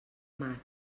maig